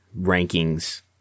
rankings